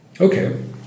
Okay